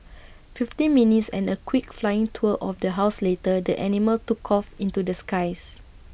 fifteen minutes and A quick flying tour of the house later the animal took off into the skies